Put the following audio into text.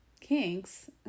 Kinks